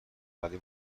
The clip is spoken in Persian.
ولی